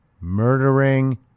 murdering